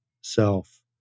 self